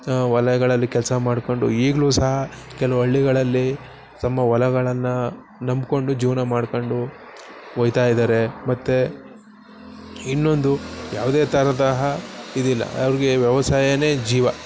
ಹೊಲಗಳಲ್ಲಿ ಕೆಲಸ ಮಾಡ್ಕೊಂಡು ಈಗಲೂ ಸಹ ಕೆಲವು ಹಳ್ಳಿಗಳಲ್ಲಿ ತಮ್ಮ ಹೊಲಗಳನ್ನ ನಂಬಿಕೊಂಡು ಜೀವನ ಮಾಡ್ಕೊಂಡು ಓಯ್ತಾ ಇದ್ದಾರೆ ಮತ್ತು ಇನ್ನೊಂದು ಯಾವುದೇ ತರಹದ ಇದಿಲ್ಲ ಅವ್ರಿಗೆ ವ್ಯವಸಾಯವೇ ಜೀವ